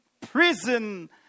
prison